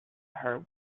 her